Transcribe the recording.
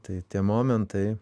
tai tie momentai